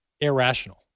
irrational